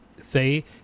say